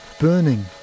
burning